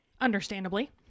Understandably